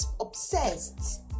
obsessed